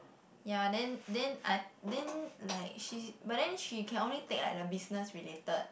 ya then then I then like she but then she can only take like the business related